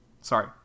sorry